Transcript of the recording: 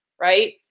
right